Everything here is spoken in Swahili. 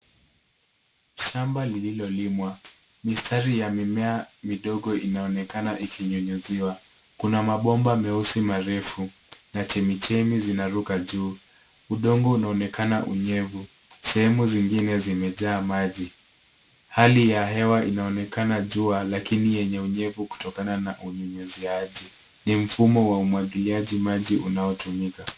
Shamba lililolimwa. Mistari ya mimea midogo inaonekana ikinyunyiziwa . Kuna mabomba meusi marefu na chemichemi zinaruka juu. Udongo unaonekana unyevu. Sehemu zingine zimejaa maji. Hali ya hewa inaonekana jua lakini yenye unyevu kutokana na unyunyiziaji. Ni mfumo wa umwagiliaji maji unaotumika.